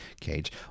cage